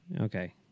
Okay